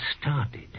started